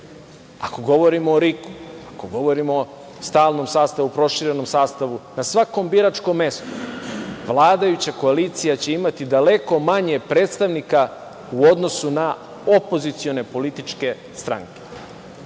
ako govorimo o RIK, ako govorimo o stalnom sastavu, proširenom sastavu, na svakom biračkom mestu, vladajuća koalicija će imati daleko manje predstavnika u odnosu na opozicione političke stranke,